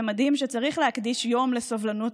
ומדהים שצריך להקדיש יום לסובלנות.